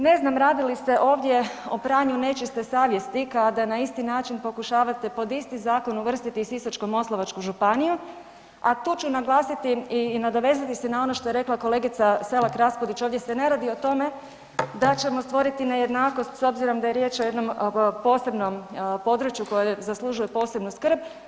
Ne znam radi li se ovdje o pranju nečiste savjesti kada na isti način pokušavate pod isti zakon uvrstiti i Sisačko-moslavačku županiju, a tu ću naglasiti i nadovezati se na ono što je rekla kolegica Selak Raspudić, ovdje se ne radi o tome da ćemo stvoriti nejednakost s obzirom da je riječ o jednom posebnom području koje zaslužuje posebnu skrb.